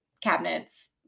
cabinets